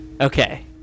Okay